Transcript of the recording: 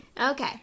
Okay